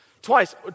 Twice